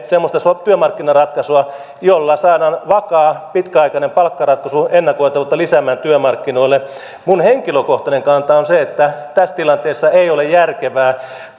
semmoista työmarkkinaratkaisua jolla saadaan vakaa pitkäaikainen palkkaratkaisu ennakoitavuutta lisäämään työmarkkinoille minun henkilökohtainen kantani on se että tässä tilanteessa ei ole järkevää